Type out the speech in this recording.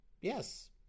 Yes